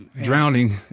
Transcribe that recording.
drowning